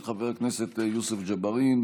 של חבר הכנסת יוסף ג'בארין,